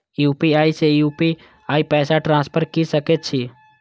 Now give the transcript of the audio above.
UPI से UPI पैसा transfer की सके छी?